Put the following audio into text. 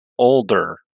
older